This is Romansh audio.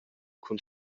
cun